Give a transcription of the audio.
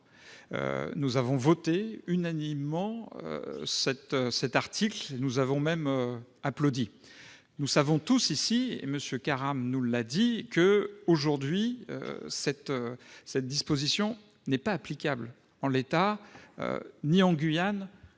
Nous avons voté unanimement cet article ; nous avons même applaudi. Nous savons tous ici, et M. Karam nous l'a dit, qu'aujourd'hui cette disposition n'est applicable en l'état ni en Guyane